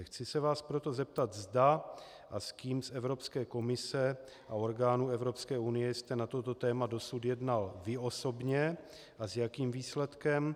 Chci se vás proto zeptat, zda a s kým z Evropské komise a orgánů Evropské unie jste na toto téma dosud jednal vy osobně a s jakým výsledkem.